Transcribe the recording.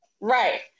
right